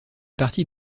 partie